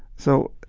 so